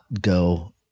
go